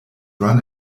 run